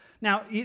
Now